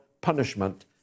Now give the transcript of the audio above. punishment